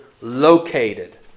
located